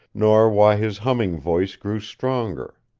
nor why his humming voice grew stronger.